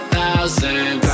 thousand